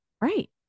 right